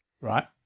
Right